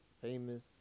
famous